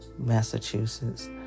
Massachusetts